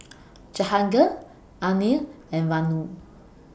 Jahangir Anil and Vanu